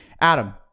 Adam